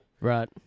Right